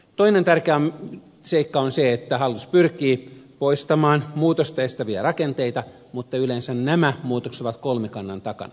toinen tärkeä seikka on se että hallitus pyrkii poistamaan muutosta estäviä rakenteita mutta yleensä nämä muutokset ovat kolmikannan takana